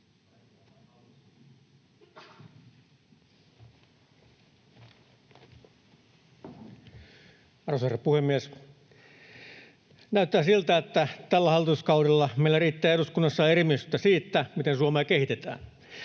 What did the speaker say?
Arvoisa herra puhemies! Näyttää siltä, että tällä hallituskaudella meillä riittää eduskunnassa erimielisyyttä siitä, miten Suomea kehitetään,